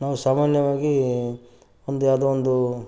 ನಾವು ಸಾಮಾನ್ಯವಾಗಿ ಒಂದು ಯಾವುದೋ ಒಂದು